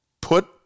put